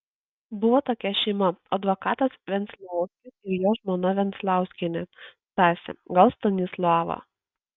buvo tokia šeima advokatas venclauskis ir jo žmona venclauskienė stasė gal stanislava